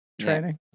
training